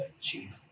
Chief